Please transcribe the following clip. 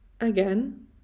again